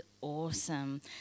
awesome